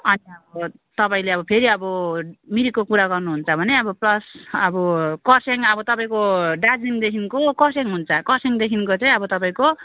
अनि अब तपाईँले अब फेरि अब मिरिकको कुरा गर्नुहुन्छ भने अब प्लस अब खरसाङ अब तपाईँको दार्जिलिङदेखिको खरसाङ हुन्छ खरसाङदेखिको चाहिँ अब तपाईँको